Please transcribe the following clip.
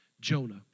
Jonah